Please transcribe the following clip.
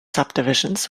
subdivisions